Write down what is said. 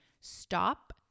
stop